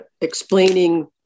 explaining